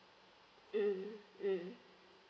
mm mm